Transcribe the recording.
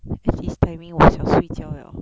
at this timing 我想睡觉 liao